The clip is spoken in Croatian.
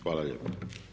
Hvala lijepa.